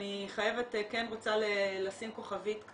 אני כן רוצה לשים כוכבית,